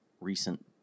recent